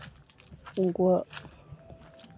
ᱩᱱᱠᱩᱣᱟᱜ